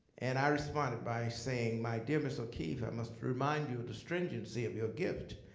and i responded by saying, my dear ms. o'keeffe, i must remind you of the stringency of your gift.